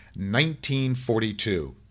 1942